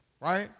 right